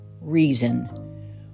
reason